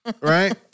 Right